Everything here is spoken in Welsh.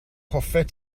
hoffet